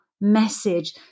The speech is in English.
message